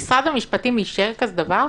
משרד המשפטים אישר כזה דבר?